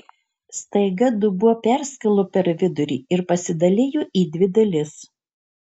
staiga dubuo perskilo per vidurį ir pasidalijo į dvi dalis